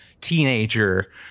teenager